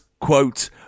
quote